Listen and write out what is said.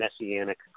messianic